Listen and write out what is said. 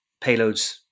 payloads